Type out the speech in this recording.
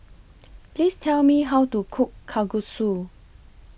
Please Tell Me How to Cook Kalguksu